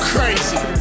Crazy